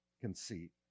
conceit